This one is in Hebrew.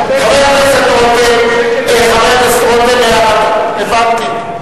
אני מקבל 35,000 שקל, הבנתי.